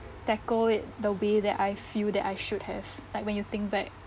tackle it the way that I feel that I should have like when you think back